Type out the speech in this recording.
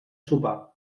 sopar